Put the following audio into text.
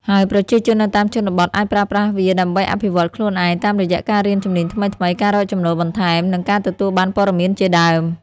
ហើយប្រជាជននៅតាមជនបទអាចប្រើប្រាស់វាដើម្បីអភិវឌ្ឍខ្លួនឯង តាមរយៈការរៀនជំនាញថ្មីៗ ការរកចំណូលបន្ថែម និងការទទួលបានព័ត៌មានជាដើម។